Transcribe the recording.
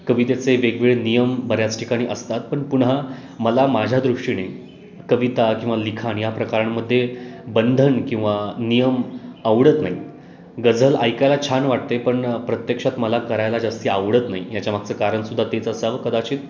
कवितेचे वेगवेगळे नियम बऱ्याच ठिकाणी असतात पण पुन्हा मला माझ्या दृष्टीने कविता किंवा लिखाण या प्रकारांमध्ये बंधन किंवा नियम आवडत नाही गजल ऐकायला छान वाटते पण प्रत्यक्षात मला करायला जास्त आवडत नाही याच्यामागचं कारण सुद्धा तेचं असावं कदाचित